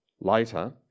Later